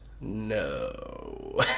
No